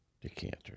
Decanter